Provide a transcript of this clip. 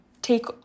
take